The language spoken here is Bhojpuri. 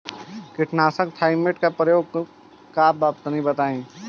कीटनाशक थाइमेट के प्रयोग का बा तनि बताई?